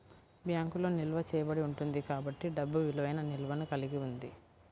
బ్యాంకులో నిల్వ చేయబడి ఉంటుంది కాబట్టి డబ్బు విలువైన నిల్వను కలిగి ఉంది